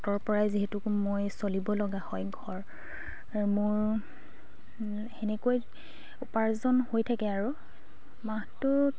তাঁতৰ পৰাই যিহেতুকে মই চলিব লগা হয় ঘৰ মোৰ সেনেকৈ উপাৰ্জন হৈ থাকে আৰু মাহটোত